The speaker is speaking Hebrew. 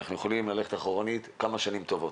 אנחנו יכולים ללכת אחורנית כמה שנים טובות.